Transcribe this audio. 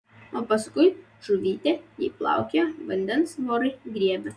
o paskui žuvytė jei plaukioja vandens vorai griebia